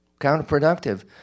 Counterproductive